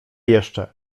jeszcze